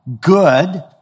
good